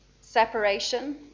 separation